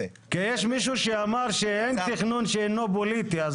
כי יש מישהו שאמר שאין תכנון שאינו פוליטי אז